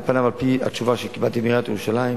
על פניו, על-פי התשובה שקיבלתי מעיריית ירושלים,